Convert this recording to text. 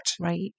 Right